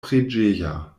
preĝeja